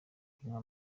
kunywa